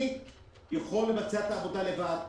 אני יכול לבצע את העבודה לבד,